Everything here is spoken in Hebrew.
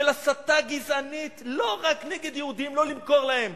של הסתה גזענית, לא רק נגד יהודים, לא למכור להם,